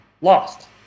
lost